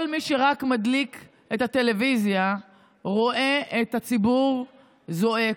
כל מי שרק מדליק את הטלוויזיה רואה את הציבור זועק.